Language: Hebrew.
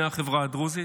בני החברה הדרוזית.